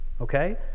Okay